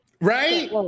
right